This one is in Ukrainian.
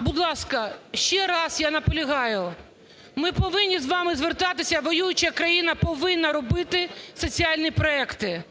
Будь ласка, ще раз я наполягаю, ми повинні з вами звертатися. Воююча країна повинна робити соціальні проекти.